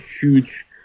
huge